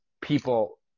people